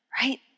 right